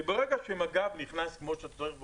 כי ברגע שמג"ב נכנס כמו שצריך ומטפל,